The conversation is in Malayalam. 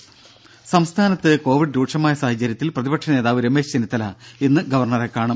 ദേദ സംസ്ഥാനത്ത് കോവിഡ് രൂക്ഷമായ സാഹചര്യത്തിൽ പ്രതിപക്ഷ നേതാവ് രമേശ് ചെന്നിത്തല ഇന്ന് ഗവർണറെ കാണും